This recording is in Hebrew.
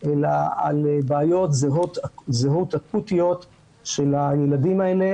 אלא על בעיות זהות אקוטיות של הילדים האלה